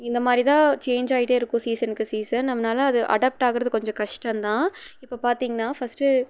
இந்த மாதிரிதான் சேஞ்சாகிட்டே இருக்கும் சீசனுக்கு சீசன் அதனால் அது அடாப்ட் ஆகிறது கொஞ்சம் கஷ்டம்தான் இப்போ பார்த்திங்ன்னா ஃபஸ்ட்டு